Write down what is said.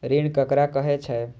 ऋण ककरा कहे छै?